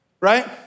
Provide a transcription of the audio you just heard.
right